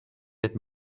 êtes